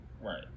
right